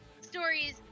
stories